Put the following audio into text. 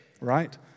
right